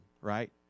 right